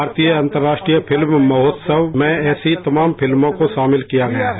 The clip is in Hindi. भारतीय अंतर्राष्ट्रीय फिल्म महोत्सव में ऐसी तमाम फिल्मों को शामिल किया गया है